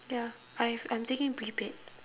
ya I have I am taking prepaid